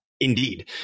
Indeed